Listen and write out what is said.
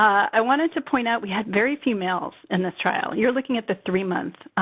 i wanted to point out, we had very few males in this trial. you're looking at the three-month